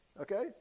okay